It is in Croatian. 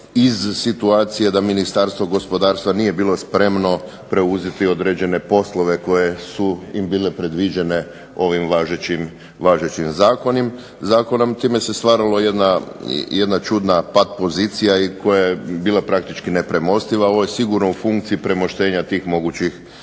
iz situacije da Ministarstvo gospodarstva nije bilo spremno preuzeti određene poslove koje su im bile predviđene ovim važećim zakonom. Time se ostvarila jedna čudna pat pozicija i koja je bila praktički nepremostiva. Ovo je sigurno u funkciji premoštenja tih mogućih problema.